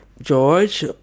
George